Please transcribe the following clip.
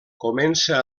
comença